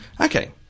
Okay